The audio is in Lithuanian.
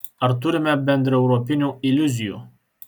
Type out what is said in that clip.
ar turime bendraeuropinių iliuzijų